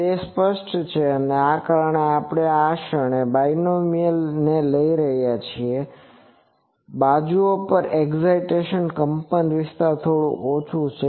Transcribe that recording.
તે સ્પષ્ટ છે કારણ કે આ ક્ષણે આપણે આ બાઇનોમિયલ ને લઈ રહ્યા છીએ બાજુઓ પર એક્ઝિટેસન કંપનવિસ્તાર થોડું ઓછું છે